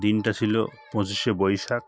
দিনটা ছিল পঁচিশে বৈশাখ